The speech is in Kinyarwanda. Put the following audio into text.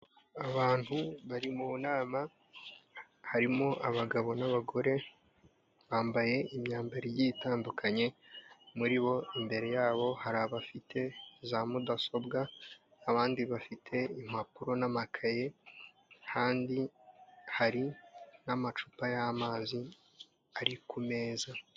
Abantu bari mu nama harimo abagabo n'abagore bambaye imyambaro igiyeye itandukanye muri bo imbere yabo hari abafite za mudasobwa abandi bafite impapuro n'amakaye kandi hari n'amacupa y'amazi ari ku meza.